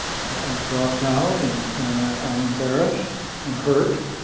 i have dropped out, and and i'm embarrassed and hurt.